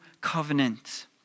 covenant